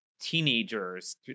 Teenagers